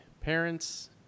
parents